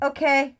Okay